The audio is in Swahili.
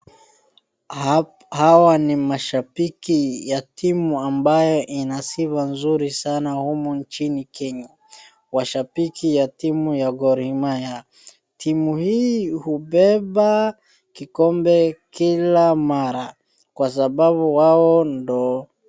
Hawa ni mashabiki ya timu ambaye inasifa nzuri sana humu nchini Kenya. Washabiki ya timu ya Gor Mahia. Timu hii hubeba kikombe kila mara kwa sababu wao ndo.